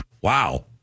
wow